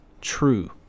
true